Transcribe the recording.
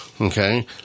okay